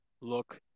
look